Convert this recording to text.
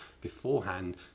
beforehand